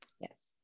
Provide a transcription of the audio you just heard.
Yes